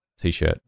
T-shirt